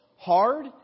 hard